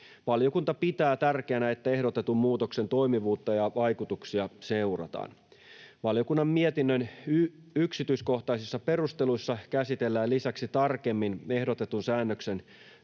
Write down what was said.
Valiokunta pitää tärkeänä, että ehdotetun muutoksen toimivuutta ja vaikutuksia seurataan. Valiokunnan mietinnön yksityiskohtaisissa perusteluissa käsitellään lisäksi tarkemmin ehdotetun säännöksen